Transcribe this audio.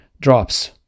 drops